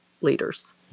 leaders